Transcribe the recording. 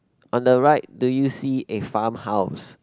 on the right do you see a farm house